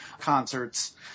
concerts